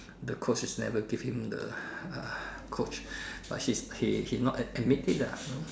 the Coach is never give him the uh Coach but he he he not admit it lah no